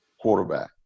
quarterback